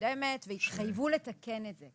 והתחייבו לתקן את זה.